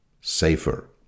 safer